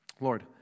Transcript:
Lord